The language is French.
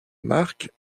marc